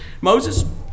Moses